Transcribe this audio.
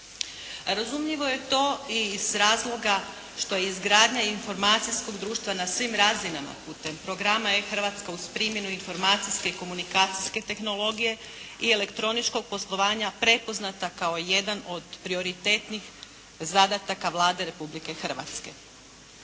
Razumljivo je to i iz razloga što je i izgradnja informacijskog društva na svim razinama putem programa E-Hrvatska uz primjenu informacije komunikacijske tehnologije i elektroničkog poslovanja prepoznata kao jedan od prioritetnih zadataka Vlade Republike Hrvatske.